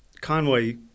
Conway